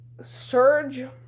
surge